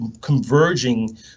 converging